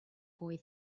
boy